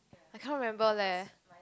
I cannot remember leh